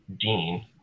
Dean